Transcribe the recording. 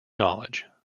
knowledge